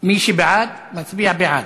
מי שבעד, מצביע בעד,